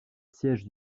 siège